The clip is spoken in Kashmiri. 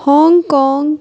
ہانک گانگ